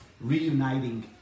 reuniting